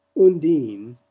undine,